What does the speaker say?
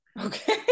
Okay